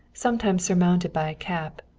sometimes surmounted by a cap,